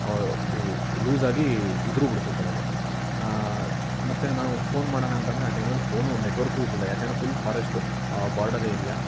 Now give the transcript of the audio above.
ಇದು ಲೂಸ್ ಆಗಿ ಉದ್ರಿ ಬಿಡ್ತು ಕೆಳಗೆ ಮತ್ತು ನಾವು ಫೋನ್ ಮಾಡಣ ಅಂತಂದರೆ ಆ ಟೈಮಲ್ಲಿ ಫೋನೂ ನೆಟ್ವರ್ಕೂ ಇರಲಿಲ್ಲ ಯಾಕೆಂದರೆ ಫುಲ್ ಫಾರೆಸ್ಟು ಬೋರ್ಡರ್ ಏರಿಯ